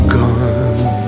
gone